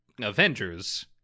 Avengers